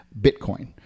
Bitcoin